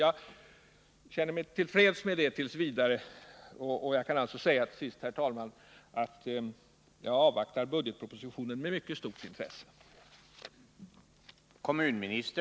Jag känner mig till freds med det t. v., och jag kan alltså till sist, herr talman, säga att jag avvaktar budgetpropositionen med mycket stort intresse.